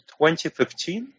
2015